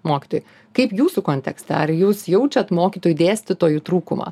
mokytojų kaip jūsų kontekste ar jūs jaučiat mokytojų dėstytojų trūkumą